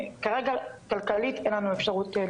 כרגע, כלכלית, אין לנו אפשרות.